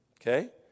okay